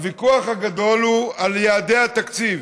הוויכוח הגדול הוא על יעדי התקציב.